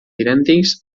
idèntics